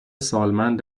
سالمند